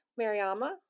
Mariama